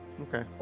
Okay